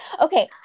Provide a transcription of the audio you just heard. Okay